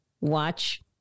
watch